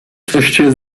coście